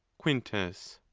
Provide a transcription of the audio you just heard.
quintus.